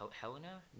helena